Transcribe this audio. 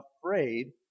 afraid